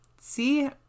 see